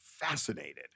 fascinated